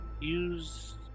Use